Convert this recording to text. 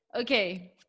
Okay